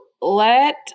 let